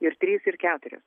ir trys ir keturios